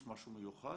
יש משהו מיוחד?